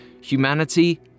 humanity